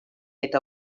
eta